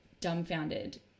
dumbfounded